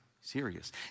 serious